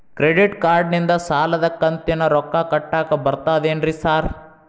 Credit ಕಾರ್ಡನಿಂದ ಸಾಲದ ಕಂತಿನ ರೊಕ್ಕಾ ಕಟ್ಟಾಕ್ ಬರ್ತಾದೇನ್ರಿ ಸಾರ್?